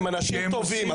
הם אנשים טובים,